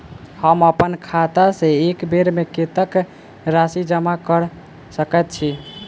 हम अप्पन खाता सँ एक बेर मे कत्तेक राशि जमा कऽ सकैत छी?